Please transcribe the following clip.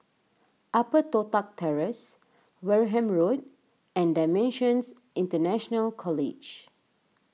Upper Toh Tuck Terrace Wareham Road and Dimensions International College